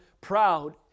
proud